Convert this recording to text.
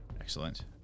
Excellent